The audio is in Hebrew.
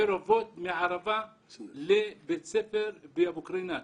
מעיר אבות, מהערבה לבית ספר באבו קרינאת.